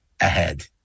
ahead